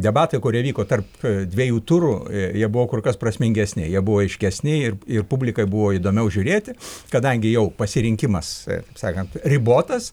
debatai kurie vyko tarp dviejų turų jie buvo kur kas prasmingesni jie buvo aiškesni ir ir publikai buvo įdomiau žiūrėti kadangi jau pasirinkimas sakant ribotas